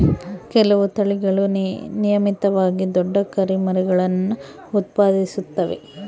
ಕೆಲವು ತಳಿಗಳು ನಿಯಮಿತವಾಗಿ ದೊಡ್ಡ ಕುರಿಮರಿಗುಳ್ನ ಉತ್ಪಾದಿಸುತ್ತವೆ